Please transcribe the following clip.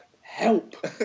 Help